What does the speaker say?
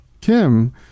Kim